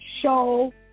show